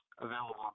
available